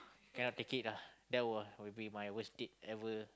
cannot take it lah that will will be my worst deed ever